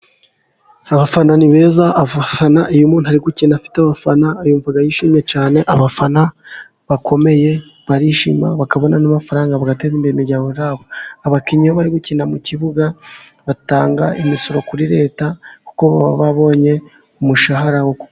Abafana ni beza. Iyo umuntu ari gukina afite abafana yumva yishimye cyane. Abafana bakomeye barishima bakabona n'amafaranga, bagateza imbere imiryango yabo. Abakinnyi bari gukina mu kibuga batanga imisoro kuri Leta kuko babonye umushahara.